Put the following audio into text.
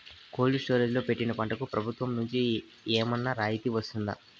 Cold storage లో పెట్టిన పంటకు ప్రభుత్వం నుంచి ఏమన్నా రాయితీ వస్తుందా?